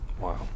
Wow